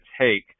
take